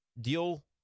deal